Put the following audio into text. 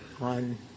on